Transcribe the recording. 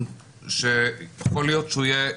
אני מדבר בלהט כי אני מדבר מדם ליבי,